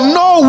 no